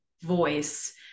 voice